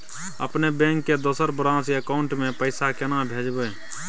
अपने बैंक के दोसर ब्रांच के अकाउंट म पैसा केना भेजबै?